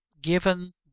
given